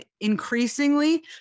increasingly